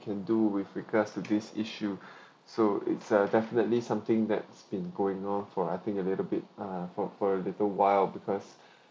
can do with regards to this issue so it's uh definitely something that's been going on for I think a little bit uh for for a little while because